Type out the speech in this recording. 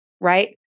right